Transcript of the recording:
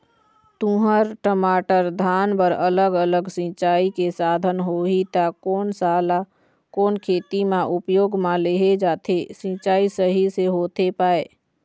तुंहर, टमाटर, धान बर अलग अलग सिचाई के साधन होही ता कोन सा ला कोन खेती मा उपयोग मा लेहे जाथे, सिचाई सही से होथे पाए?